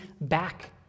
back